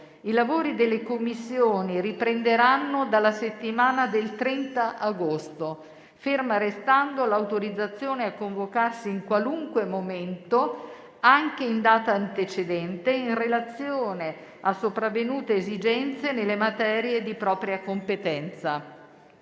I lavori delle Commissioni riprenderanno dalla settimana del 30 agosto, ferma restando l'autorizzazione a convocarsi in qualunque momento, anche in data antecedente, in relazione a sopravvenute esigenze nelle materie di propria competenza.